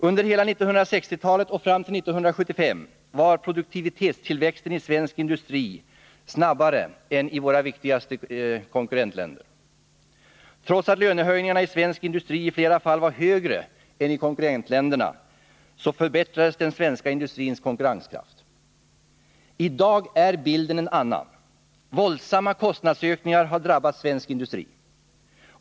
Under hela 1960-talet och fram till 1975 var produktivitetstillväxten i svensk industri snabbare än i de viktigaste konkurrentländerna. Trots att lönehöjningarna i svensk industri i flera fall var högre än i konkurrentländerna förbättrades den svenska industrins konkurrenskraft. I dag är bilden en annan. Våldsamma kostnadsökningar har drabbat svensk industri.